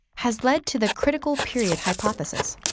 has lead to the critical period hypothesis.